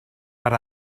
but